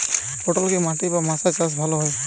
পটল কি মাটি বা মাচায় চাষ করা ভালো?